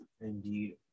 indeed